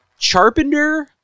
Charpenter